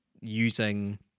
using